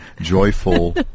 joyful